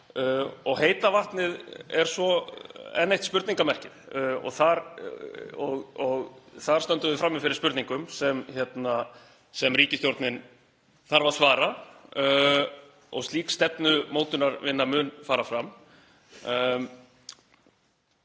Heita vatnið er svo enn eitt spurningarmerkið. Þar stöndum við frammi fyrir spurningum sem ríkisstjórnin þarf að svara og slík stefnumótunarvinna mun fara fram.